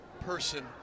person